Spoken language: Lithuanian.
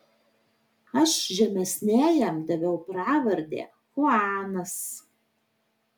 aš žemesniajam daviau pravardę chuanas